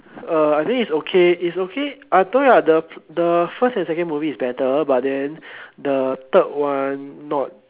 uh I think is okay is okay I told you the the first and second movie is better but then the third one not